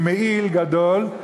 עם מעיל גדול,